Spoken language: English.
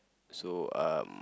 so um